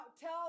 tell